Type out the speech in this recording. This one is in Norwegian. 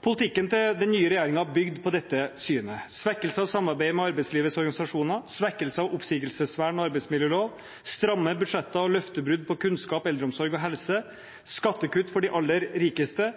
Politikken til den nye regjeringen bygde på dette synet: svekkelse av samarbeidet med arbeidslivets organisasjoner, svekkelse av oppsigelsesvern og arbeidsmiljølov, stramme budsjetter og løftebrudd når det gjaldt kunnskap, eldreomsorg og helse, skattekutt for de aller rikeste,